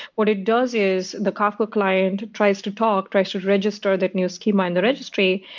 what it does is the kafka client tries to talk, tries to register that new scheme in the registry.